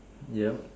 yup